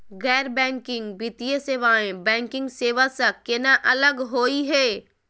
गैर बैंकिंग वित्तीय सेवाएं, बैंकिंग सेवा स केना अलग होई हे?